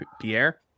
Pierre